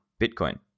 Bitcoin